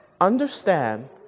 understand